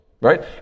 Right